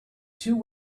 two